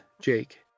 Jake